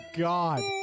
god